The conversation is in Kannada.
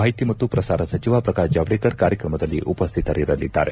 ಮಾಹಿತಿ ಮತ್ತು ಪ್ರಸಾರ ಸಚಿವ ಪ್ರಕಾಶ್ ಜಾವಡೇಕರ್ ಕಾರ್ಯಕ್ರಮದಲ್ಲಿ ಉಪಸ್ಥಿತರಿರಲಿದ್ದಾರೆ